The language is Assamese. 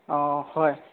হয়